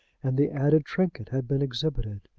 and the added trinket had been exhibited.